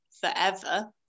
forever